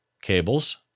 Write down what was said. cables